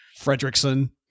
Fredrickson